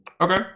okay